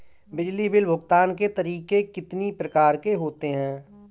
बिजली बिल भुगतान के तरीके कितनी प्रकार के होते हैं?